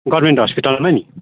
government हस्पिटलमा नि